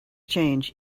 change